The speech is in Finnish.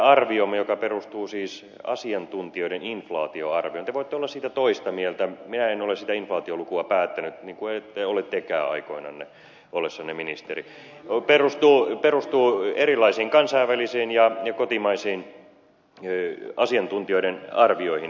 meidän arviomme perustuu siis asiantuntijoiden inflaatioarvioon te voitte olla siitä toista mieltä minä en ole sitä inflaatiolukua päättänyt niin kun ette ole tekään aikoinanne ollessanne ministeri perustuu erilaisiin kansainvälisiin ja kotimaisiin asiantuntijoiden arvioihin